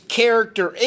character